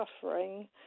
suffering